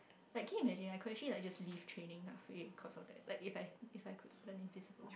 like can you imagine I could actually like just leave training half way cause of that like if I if I could run invisible